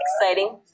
exciting